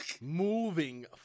moving